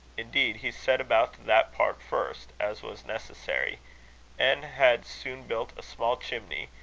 indeed, he set about that part first, as was necessary and had soon built a small chimney,